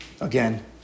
Again